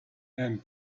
and